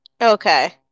Okay